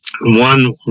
one